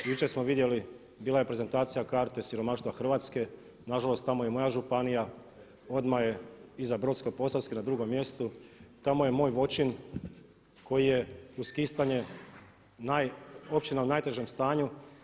Jučer smo vidjeli bila je prezentacija karte siromaštva Hrvatske, nažalost tamo je i moja županija, odmah je iza Brodsko-posavske na drugom mjestu, tamo je moj Voćin koji je uz Kistanje općina u najtežem stanju.